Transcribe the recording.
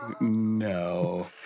No